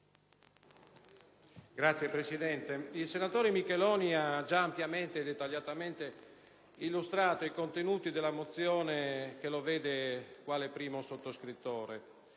Signor Presidente, il senatore Micheloni ha già dettagliatamente illustrato i contenuti della mozione che lo vede quale primo sottoscrittore.